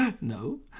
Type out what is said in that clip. No